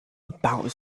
about